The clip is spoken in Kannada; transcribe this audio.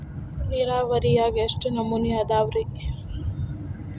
ನೇರಾವರಿಯಾಗ ಎಷ್ಟ ನಮೂನಿ ಅದಾವ್ರೇ?